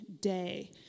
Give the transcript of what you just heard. day